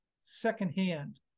secondhand